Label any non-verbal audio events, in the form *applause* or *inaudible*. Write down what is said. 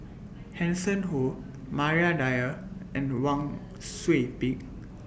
*noise* Hanson Ho Maria Dyer and Wang Sui Pick